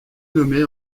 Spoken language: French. nommé